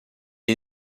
est